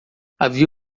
havia